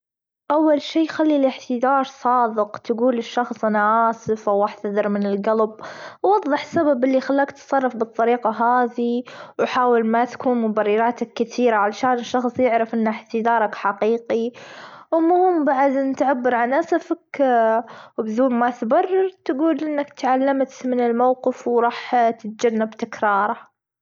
أول شي خلي الإحتذار صادق تجول لشخص أنا آسفة وأحتذر من القلب، ووضح سبب اللي خلاك تصرف بالطريقة هذي وحاول ما تكون مبرراتك كتيرة علشان الشخص يعرف ان إحتذارك حقيقي ومهم بعد أن تعبر آسفك بذون ما تبرر تجول أنك تعلمت من الموقف ورح تتجنب تكراره.